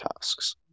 tasks